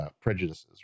prejudices